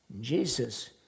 Jesus